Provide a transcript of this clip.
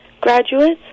graduates